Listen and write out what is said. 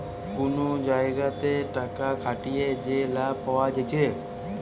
কুনো জাগাতে টাকা খাটিয়ে যে লাভ পায়া যাচ্ছে